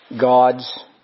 God's